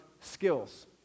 skills